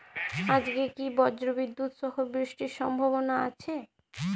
আজকে কি ব্রর্জবিদুৎ সহ বৃষ্টির সম্ভাবনা আছে?